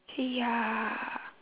eh ya